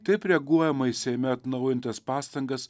taip reaguojama į seime atnaujintas pastangas